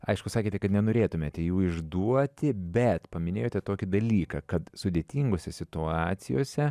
aišku sakėte kad nenorėtumėte jų išduoti bet paminėjote tokį dalyką kad sudėtingose situacijose